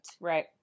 right